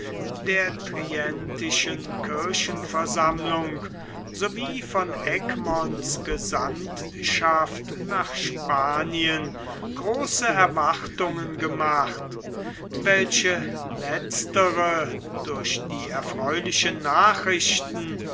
der trientischen kirchenversammlung so wie von egmonts gesandtschaft nach spanien große erwartungen gemacht welche letztere durch die erfreulichen nachrichten